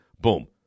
boom